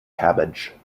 cabbage